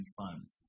funds